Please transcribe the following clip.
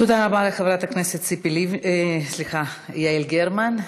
תודה רבה לחברת הכנסת יעל גרמן.